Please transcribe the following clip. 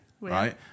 right